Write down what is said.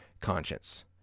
conscience